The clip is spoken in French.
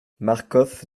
marcof